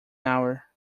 hour